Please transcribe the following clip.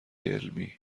علمی